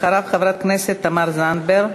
אחריו, חברת הכנסת תמר זנדברג.